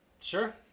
Sure